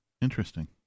interesting